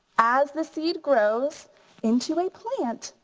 as the seed grows into a plant,